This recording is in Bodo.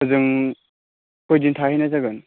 हजों खयदिन थाहैनाय जागोन